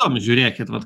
apžiūrėkit vat